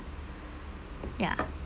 ya